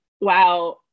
wow